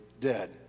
dead